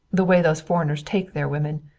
the way those foreigners take their women.